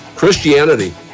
Christianity